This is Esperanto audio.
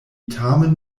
tamen